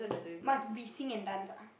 must be sing and dance ah